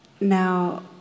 Now